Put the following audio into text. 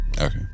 Okay